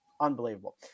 Unbelievable